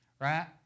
right